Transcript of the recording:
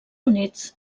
units